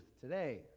today